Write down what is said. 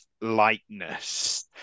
lightness